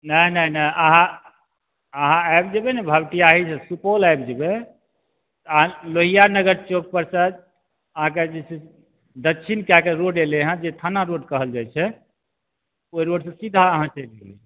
नहि नहि नहि अहाँ अहाँ आबि जेबै ने भपटियाही से सुपौल आबि जेबै तहन लोहिया नगर चौक पर से अहाँके जे छै दक्षिण कऽके रोड अयलै हइ जे थाना रोड कहल जाइ छै ओहि रोड से सीधा अहाँ चलि जेबै